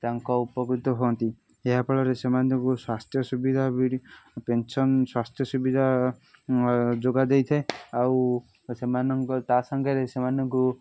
ତାଙ୍କ ଉପକୃତ ହୁଅନ୍ତି ଏହା ଫଳରେ ସେମାନଙ୍କ ଯୋଗୁ ସ୍ୱାସ୍ଥ୍ୟ ସୁବିଧା ବି ପେନ୍ସନ୍ ସ୍ୱାସ୍ଥ୍ୟ ସୁବିଧା ଯୋଗାଇ ଦେଇଥାଏ ଆଉ ସେମାନଙ୍କ ତା ସାଙ୍ଗରେ ସେମାନଙ୍କୁ